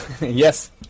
Yes